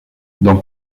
dans